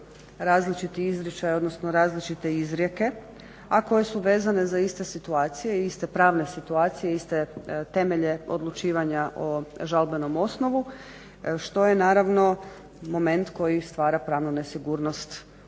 različiti izričaj odnosno različite izrijeke a koje su vezane za iste situacije, iste pravne situacije, iste temelje odlučivanja o žalbenom osnovu što je naravno moment koji stvara pravnu nesigurnost adresata